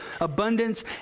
abundance